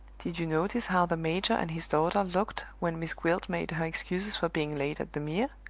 did you notice how the major and his daughter looked when miss gwilt made her excuses for being late at the mere?